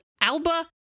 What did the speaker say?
Alba